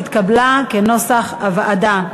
התקבלה כנוסח הוועדה.